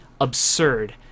absurd